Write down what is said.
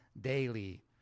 daily